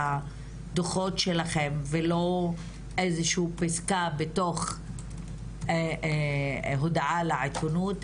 שהדוחו"ת שלכם ולא איזשהו פסקה בתוך הודעה לעיתונות,